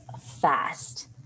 fast